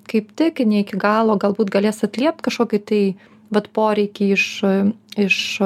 kaip tik ne iki galo galbūt galės atliept kažkokį tai vat poreikį iš iš